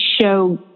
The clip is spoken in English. show